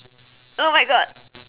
oh my god